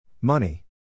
Money